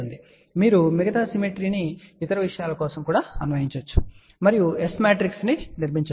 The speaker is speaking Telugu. మరియు మీరు మిగతా సిమెట్రీ ను ఇతర విషయాల కోసం అన్వయించవచ్చు మరియు S మ్యాట్రిక్స్ ను మీరే నిర్మించుకోవచ్చు